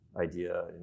idea